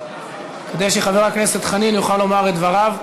כדי שחבר הכנסת חנין יוכל לומר את דבריו.